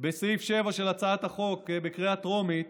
בסעיף 7 של הצעת החוק בקריאה טרומית,